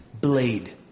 blade